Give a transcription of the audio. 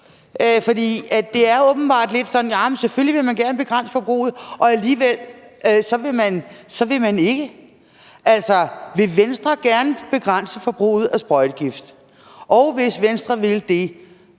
Det er åbenbart lidt sådan, at man selvfølgelig gerne vil begrænse forbruget, og alligevel vil man ikke. Altså, vil Venstre gerne begrænse forbruget af sprøjtegift? Og hvis Venstre vil det,